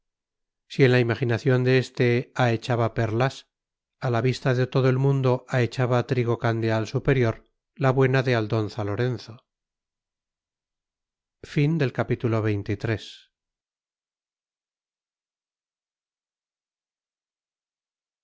si en la imaginación de este ahechaba perlas a la vista de todo el mundo ahechaba trigo candeal superior la buena de aldonza lorenzo